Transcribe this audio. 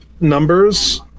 numbers